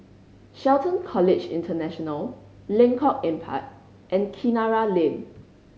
Shelton College International Lengkok Empat and Kinara Lane